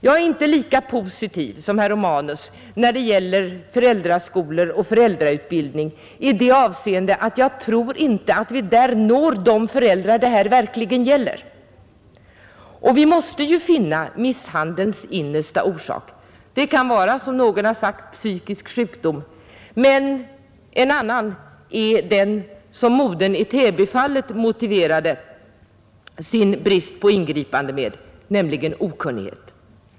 Jag är inte lika positiv som herr Romanus i fråga om föräldraskolor och föräldrautbildning i det avseendet att jag tror inte att vi på det sättet når de föräldrar det här verkligen gäller. Vi måste ju finna misshandelns innersta orsak. Den kan vara, som någon har sagt, psykisk sjukdom, men en annan är den som modern i Täbyfallet motiverade sin brist på ingripande med, nämligen okunnighet.